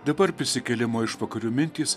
dabar prisikėlimo išvakarių mintys